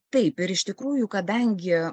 taip ir iš tikrųjų kadangi